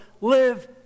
Live